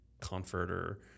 comforter